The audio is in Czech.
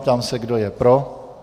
Ptám se, kdo je pro.